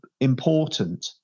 important